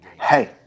hey